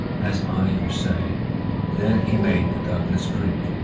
as i you say there he made the douglas drink,